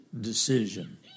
decision